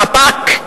חפ"ק,